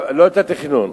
גם לא את התכנון.